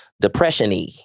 depression-y